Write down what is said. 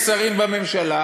יש שרים בממשלה,